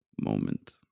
moment